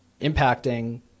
impacting